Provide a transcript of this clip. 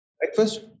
breakfast